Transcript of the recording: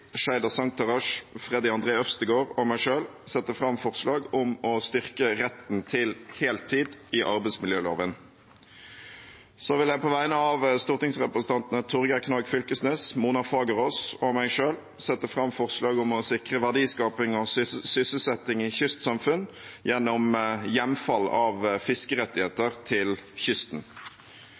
Kaski, Sheida Sangtarash, Freddy André Øvstegård og meg selv sette fram forslag om å styrke retten til heltid i arbeidsmiljøloven. Så vil jeg på vegne av stortingsrepresentantene Torgeir Knag Fylkesnes, Mona Fagerås og meg selv sette fram forslag om å sikre verdiskaping og sysselsetting i kystsamfunnene gjennom hjemfall av fiskerettigheter til kysten.